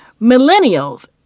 Millennials